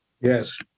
Yes